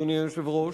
אדוני היושב-ראש,